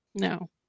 No